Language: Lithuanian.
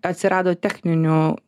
atsirado techninių